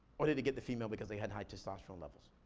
or did they get the female because they had high testosterone levels?